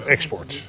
Export